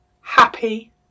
happy